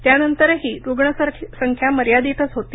त्यानंतरही रूग्ण संख्या मर्यादितच होती